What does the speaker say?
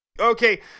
Okay